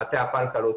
מטה הפלקל,